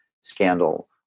scandal